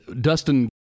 Dustin